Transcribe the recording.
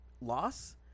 loss